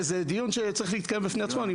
זה דיון שצריך להתקיים בפני עצמו.